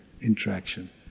interaction